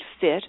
fit